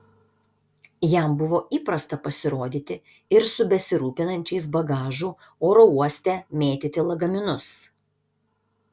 jam buvo įprasta pasirodyti ir su besirūpinančiais bagažu oro uoste mėtyti lagaminus